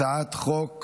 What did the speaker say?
הצעת חוק